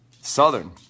Southern